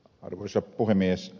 arvoisa puhemies